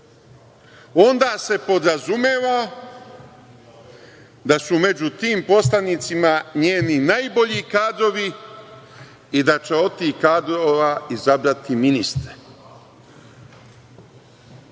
onda se podrazumeva da su među tim poslanicima njeni najbolji kadrovi i da će od tih kadrova izabrati ministre. Veoma